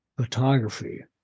photography